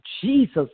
Jesus